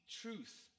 truth